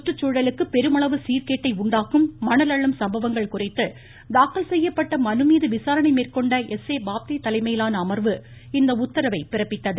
சுற்றுச்சூழலுக்கு பெருமளவு சீர்கேட்டை உண்டாக்கும் மணல் அள்ளும் சம்பவங்கள் குறித்து தாக்கல் செய்யப்பட்ட மனுமீது விசாரணை மேற்கொண்ட எஸ் ஏ பாப்டே தலைமையிலான அமர்வு இந்த உத்தரவை பிறப்பித்தது